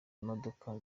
imodoka